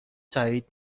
تأیید